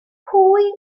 pwy